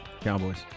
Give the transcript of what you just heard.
Cowboys